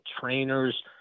trainers